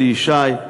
אלי ישי.